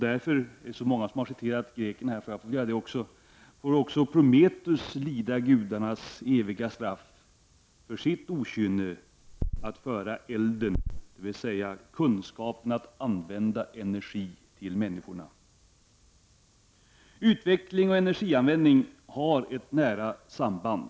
Det är så många som har refererat till de gamla grekerna så det får väl jag också göra. Prometheus får lida gudarnas eviga straff för sitt okynne att föra elden, dvs. kunskapen om att använda energi, till människorna. Utveckling och energianvändning har ett nära samband.